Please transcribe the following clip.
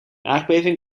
aardbeving